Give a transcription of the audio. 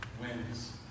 wins